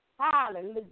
hallelujah